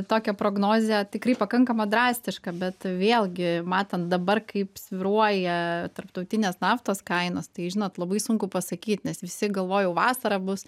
tokią prognozę tikrai pakankamą drastišką bet vėlgi matant dabar kaip svyruoja tarptautinės naftos kainos tai žinot labai sunku pasakyt nes visi galvojo jau vasarą bus